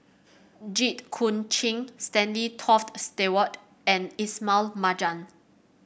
Jit Koon Ch'ng Stanley Toft Stewart and Ismail Marjan